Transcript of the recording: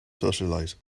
socialize